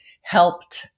helped